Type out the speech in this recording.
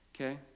Okay